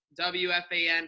WFAN